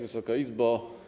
Wysoka Izbo!